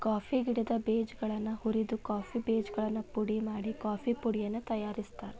coffee ಗಿಡದ ಬೇಜಗಳನ್ನ ಹುರಿದ ಕಾಫಿ ಬೇಜಗಳನ್ನು ಪುಡಿ ಮಾಡಿ ಕಾಫೇಪುಡಿಯನ್ನು ತಯಾರ್ಸಾತಾರ